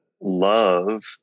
Love